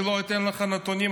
אני לא אתן לך נתונים.